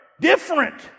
different